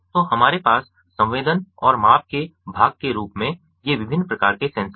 तो हमारे पास संवेदन और माप के भाग के रूप में ये विभिन्न प्रकार के सेंसर हैं